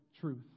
truth